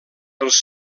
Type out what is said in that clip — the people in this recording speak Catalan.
els